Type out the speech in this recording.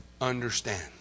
understand